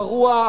הפרוע,